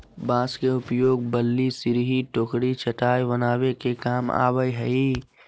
बांस के उपयोग बल्ली, सिरही, टोकरी, चटाय बनावे के काम आवय हइ